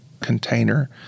container